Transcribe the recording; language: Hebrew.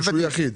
שהוא יחיד?